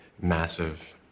massive